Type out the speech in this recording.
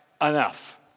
enough